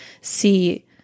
see